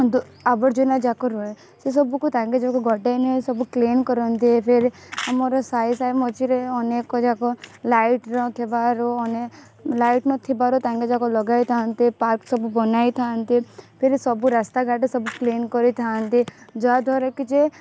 ଆବର୍ଜନାଯାକ ରୁହେ ସେ ସେସବୁକୁ ତାଙ୍କେ ଗୋଟାଇ ନେଇ ସବୁ କ୍ଲିନ୍ କରନ୍ତି ଫିର୍ ଆମର ସାହି ସାହି ମଝିରେ ଅନେକ ଯାକ ଲାଇଟ୍ ନ ଥିବାରୁ ଲାଇଟ୍ ନ ଥିବାରୁ ତାଙ୍କେ ଯାକ ଲାଗାଇଥାନ୍ତି ପାର୍କ୍ ସବୁ ବନାଇଥାଆନ୍ତି ଫିର୍ ସବୁ ରାସ୍ତାଘାଟ ସବୁ କ୍ଲିନ୍ କରିଥାଆନ୍ତି ଯାହା ଦ୍ୱାରା କି ଯେ